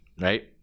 Right